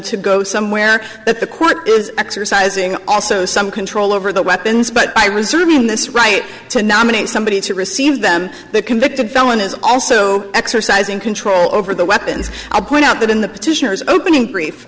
to go somewhere that the court is exercising also some control over the weapons but i reserve in this right to nominate somebody to receive them the convicted felon is also exercising control over their weapons i point out that in the petitioners opening brief